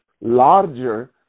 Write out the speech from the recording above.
larger